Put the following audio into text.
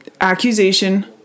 accusation